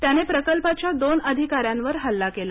त्याने प्रकल्पाच्या दोन अधिकाऱ्यांवर हल्ला केला